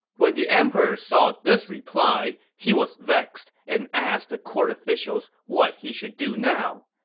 when the emperor saw this reply, he was vexed and asked the court officials what he should do now.